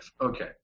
okay